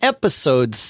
Episode